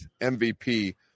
mvp